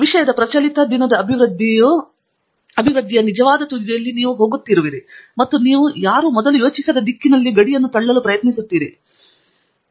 ವಿಷಯದ ಪ್ರಚಲಿತ ದಿನದ ಅಭಿವೃದ್ಧಿಯ ನಿಜವಾದ ತುದಿಯಲ್ಲಿ ನೀವು ಹೋಗುತ್ತಿರುವಿರಿ ಮತ್ತು ನೀವು ಯಾರೂ ಮೊದಲು ಯೋಚಿಸದ ದಿಕ್ಕಿನಲ್ಲಿ ಗಡಿಯನ್ನು ತಳ್ಳಲು ಪ್ರಯತ್ನಿಸುತ್ತಿದ್ದೀರಿ ಎಂದು ನಿಮಗೆ ತಿಳಿದಿದೆ